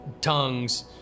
tongues